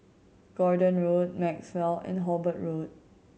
Gordon Road Maxwell and Hobart Road